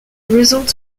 result